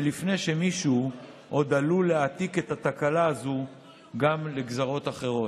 ולפני שמישהו עוד עלול להעתיק את התקלה הזו גם לגזרות אחרות.